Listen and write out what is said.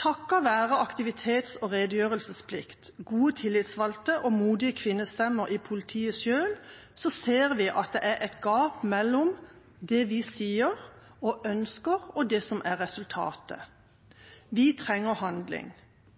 Takket være aktivitets- og redegjørelsesplikten, gode tillitsvalgte og modige kvinnestemmer i politiet selv ser vi at det er et gap mellom det vi sier og ønsker, og det som er resultatet. Vi trenger handling.